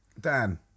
Dan